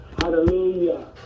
hallelujah